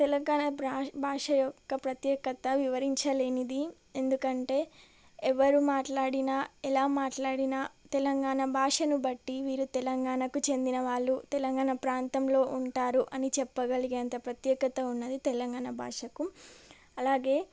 తెలంగాణ బ్ర భాష యొక్క ప్రత్యేకత వివరించలేనిది ఎందుకంటే ఎవరు మాట్లాడినా ఎలా మాట్లాడినా తెలంగాణ భాషను బట్టి వీరు తెలంగాణకు చెందినవాళ్ళు తెలంగాణ ప్రాంతంలో ఉంటారు అని చెప్పగలిగేంత ప్రత్యేకత ఉన్నది తెలంగాణ భాషకు అలాగే